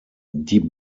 die